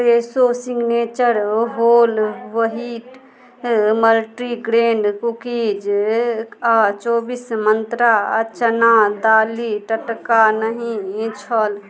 Fresho signature whole wheat multigrain cookies आओर चौबिस मन्त्रा चना दालि टटका नहि छल